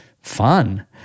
fun